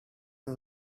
and